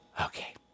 Okay